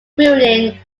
building